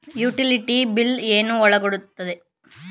Utility bill ಏನು ಒಳಗೊಂಡಿದೆ?